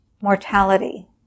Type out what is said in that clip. mortality